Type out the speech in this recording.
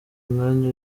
mwanya